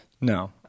No